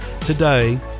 today